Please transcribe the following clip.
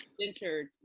centered